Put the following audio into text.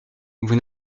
vous